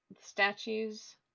statues